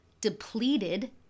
depleted